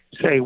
say